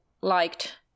liked